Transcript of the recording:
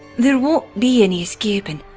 there won't be any escaping.